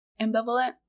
ambivalent